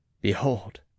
behold